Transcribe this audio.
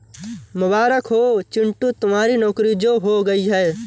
मुबारक हो चिंटू तुम्हारी नौकरी जो हो गई है